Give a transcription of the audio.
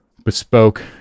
bespoke